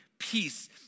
peace